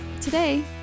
Today